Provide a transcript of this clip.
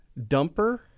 Dumper